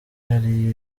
yari